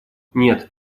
нет